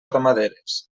ramaderes